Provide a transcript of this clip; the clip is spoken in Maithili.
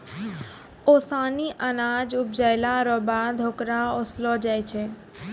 ओसानी अनाज उपजैला रो बाद होकरा ओसैलो जाय छै